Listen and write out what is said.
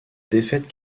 défaite